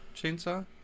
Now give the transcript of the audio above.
chainsaw